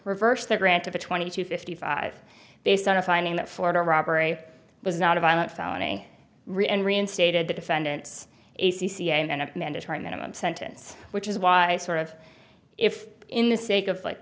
reversed that granted to twenty to fifty five based on a finding that florida robbery was not a violent felony and reinstated the defendant's a c c i and a mandatory minimum sentence which is why sort of if in the sake of